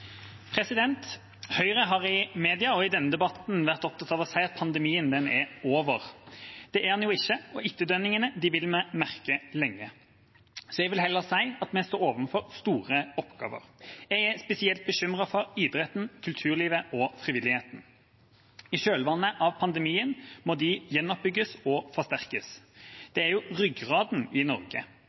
Høyre har i media og i denne debatten vært opptatt av å si at pandemien er over. Det er den ikke, og etterdønningene vil vi merke lenge. Jeg vil heller si at vi står overfor store oppgaver. Jeg er spesielt bekymret for idretten, kulturlivet og frivilligheten. I kjølvannet av pandemien må de gjenoppbygges og forsterkes. Dette er ryggraden i Norge,